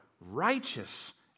righteous